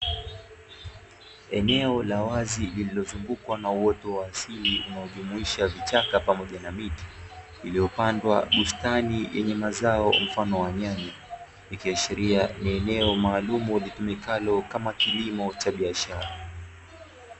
Eneo la wazi liliozungukwa na uoto wa asili unaojumuisha vichaka pamoja na miti iliyopandwa bustani yenye mazao mfano wa nyanya, ikiashiria ni eneo maalum litumikalo kama kilimo cha biashara.